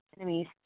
enemies